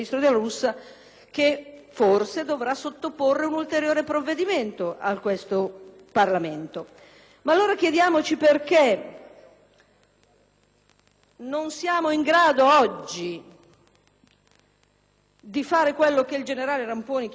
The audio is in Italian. Allora chiediamoci perché non siamo in grado oggi di fare quello che il senatore Ramponi chiedeva, cioè calamitare l'attenzione politica e di questo Parlamento su quello che stiamo facendo oggi.